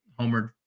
homered